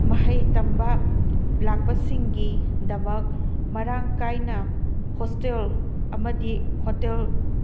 ꯃꯍꯩ ꯇꯝꯕ ꯂꯥꯛꯄꯁꯤꯡꯒꯤꯗꯃꯛ ꯃꯔꯥꯡ ꯀꯥꯏꯅ ꯍꯣꯁꯇꯦꯜ ꯑꯃꯗꯤ ꯍꯣꯇꯦꯜ